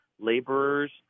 laborers